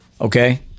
Okay